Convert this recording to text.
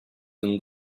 and